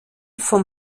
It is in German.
vom